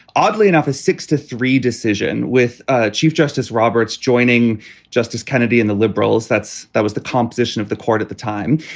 oddly enough, a six to three decision with ah chief justice roberts joining justice kennedy and the liberals. that's that was the composition of the court at the time.